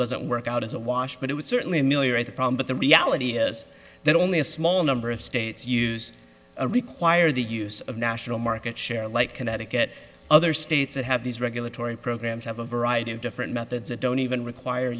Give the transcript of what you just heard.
doesn't work out as a wash but it was certainly a million at the problem but the reality is that only a small number of states use a require the use of national market share like connecticut other states that have these regulatory programs have a variety of different methods that don't even require